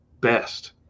best